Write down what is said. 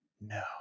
no